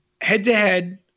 Head-to-head